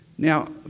Now